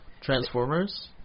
Transformers